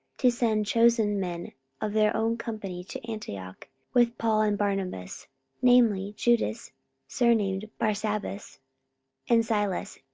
to send chosen men of their own company to antioch with paul and barnabas namely, judas surnamed barsabas and silas,